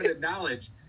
knowledge